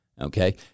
Okay